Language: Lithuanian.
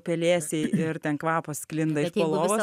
pelėsiai ir ten kvapas sklinda iš po lovos